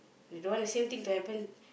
you don't want the same thing to happen